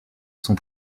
son